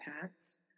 paths